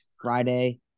Friday